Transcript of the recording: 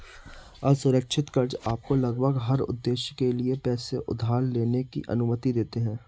असुरक्षित कर्ज़ आपको लगभग हर उद्देश्य के लिए पैसे उधार लेने की अनुमति देते हैं